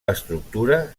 l’estructura